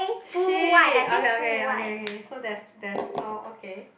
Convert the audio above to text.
shit okay okay okay so that's that's okay